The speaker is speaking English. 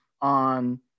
on